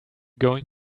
going